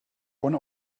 one